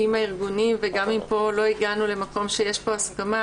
הארגונים, וגם אם לא הגענו למקום שיש הסכמה,